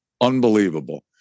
unbelievable